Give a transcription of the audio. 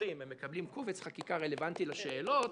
פתוחים והם מקבלים קובץ חקיקה רלוונטי לשאלות,